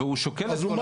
והוא שוקל את כל ההיבטים.